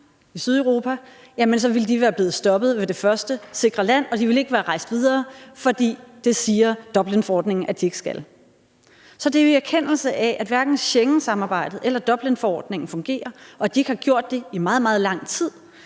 i Sydeuropa, så ville de være blevet stoppet ved det første sikre land, og de ville ikke være rejst videre, for det siger Dublinforordningen at de ikke skal. Så det er jo i erkendelse af, at hverken Schengensamarbejdet eller Dublinforordningen fungerer, og at de ikke har gjort det i meget, meget lang tid,